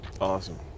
Awesome